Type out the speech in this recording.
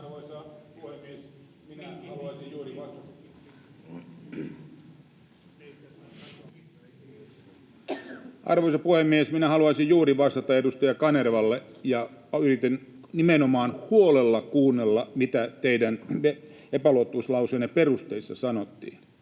Arvoisa puhemies! Minä haluaisin juuri vastata edustaja Kanervalle. Yritin nimenomaan huolella kuunnella, mitä teidän epäluottamuslauseenne perusteissa sanottiin.